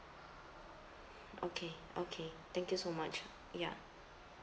okay okay thank you so much ya